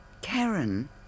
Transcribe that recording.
Karen